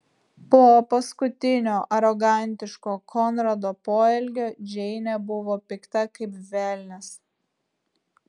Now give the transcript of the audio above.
po paskutinio arogantiško konrado poelgio džeinė buvo pikta kaip velnias